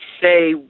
say